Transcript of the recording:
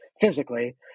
physically